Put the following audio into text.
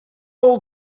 old